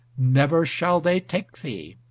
never shall they take thee.